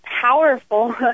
powerful